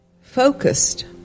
focused